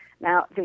Now